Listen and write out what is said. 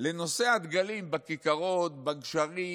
לנושאי הדגלים בכיכרות, בגשרים,